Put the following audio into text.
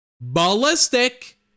Ballistic